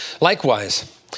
Likewise